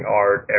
art